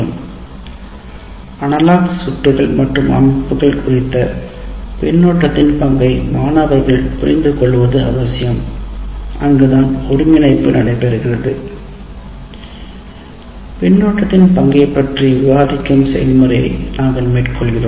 'analogue சுற்றுகள் மற்றும் அமைப்புகள்' குறித்து பின்னூட்டத்தின் பங்கைமாணவர்கள் புரிந்துகொள்வது அவசியம் அங்குதான் ஒருங்கிணைப்பு நடைபெறுகிறது பின்னூட்டத்தின் பங்கைப் பற்றி விவாதிக்கும் செயல்முறையை நாங்கள் மேற்கொள்கிறோம்